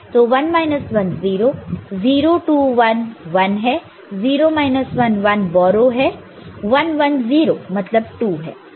तो 1 1 0 0 टू 1 1 है 0 11 बोरो 1 है 1 1 0 मतलब 2 है